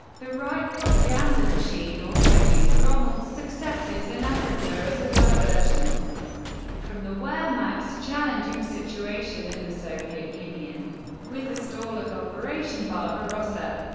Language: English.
the reich propaganda machine also used rommel's successes in africa as a diversion from the wehrmacht's challenging situation in the soviet union with the stall of operation barbarossa.